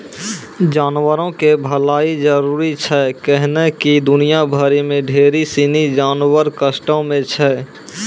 जानवरो के भलाइ जरुरी छै कैहने कि दुनिया भरि मे ढेरी सिनी जानवर कष्टो मे छै